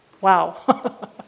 Wow